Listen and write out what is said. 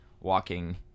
walking